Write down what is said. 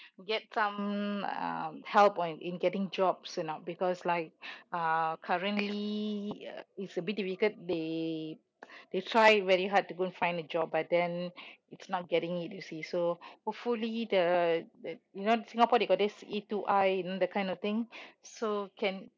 get some um help on in getting jobs or not because like uh currently uh it's a bit difficult they they try very hard to go and find a job but then it's not getting it you see so hopefully the the you know singapore they got this E two I that kind of thing so can